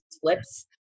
flips